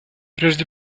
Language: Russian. прежде